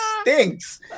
stinks